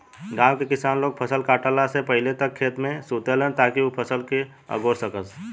गाँव के किसान लोग फसल काटला से पहिले तक खेते में सुतेलन ताकि उ फसल के अगोर सकस